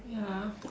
ya